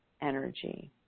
energy